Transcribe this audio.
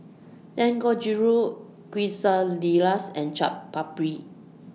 Dangojiru Quesadillas and Chaat Papri